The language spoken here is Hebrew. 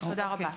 תודה רבה.